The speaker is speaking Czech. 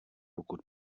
pokud